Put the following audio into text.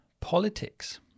politics